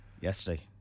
yesterday